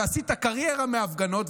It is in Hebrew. ועשית קריירה מההפגנות,